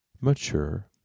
mature